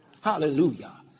Hallelujah